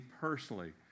personally